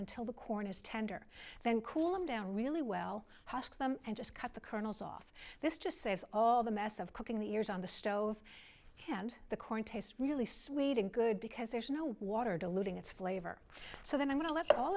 until the corn is tender then cool them down really well and just cut the kernels off this just saves all the mess of cooking the years on the stove and the corn tastes really sweet and good because there's no water diluting its flavor so then i'm going to let all